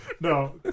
No